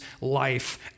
life